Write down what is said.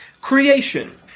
creation